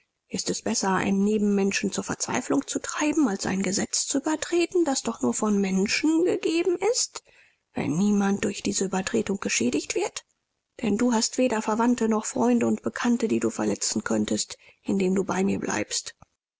ist es besser einen nebenmenschen zur verzweiflung zu treiben als ein gesetz zu übertreten das doch nur von menschen gegeben ist wenn niemand durch diese übertretung geschädigt wird denn du hast weder verwandte noch freunde und bekannte die du verletzen könntest indem du bei mir bleibst